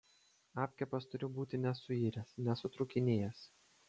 apkepas turi būti nesuiręs nesutrūkinėjęs